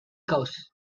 house